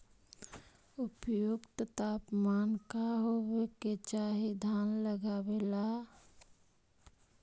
उपयुक्त तापमान का होबे के चाही धान लगावे ला?